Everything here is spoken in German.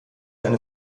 eine